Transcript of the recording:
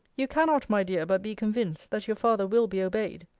you cannot, my dear, but be convinced, that your father will be obeyed.